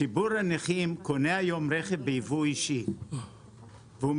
ציבור הנכים קונה היום רכב בייבוא אישי ומשלם